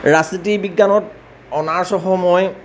ৰাজনীতি বিজ্ঞানত অনাৰ্চসহ মই